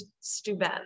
Stuben